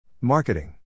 Marketing